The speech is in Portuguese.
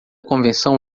convenção